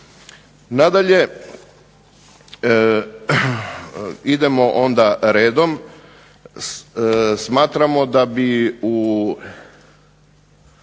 Nadalje, idemo onda redom. Smatramo da bi u